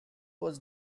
was